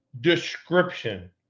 description